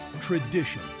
tradition